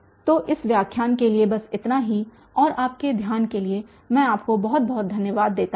तो इस व्याख्यान के लिए बस इतना ही और आपके ध्यान के लिए मैं आपको बहुत बहुत धन्यवाद देता हूं